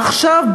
עכשיו,